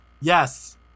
Yes